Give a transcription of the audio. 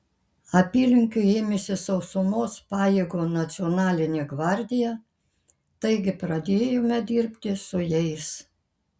apylinkių ėmėsi sausumos pajėgų nacionalinė gvardija taigi pradėjome dirbti su jais